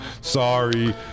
Sorry